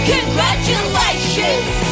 Congratulations